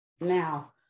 Now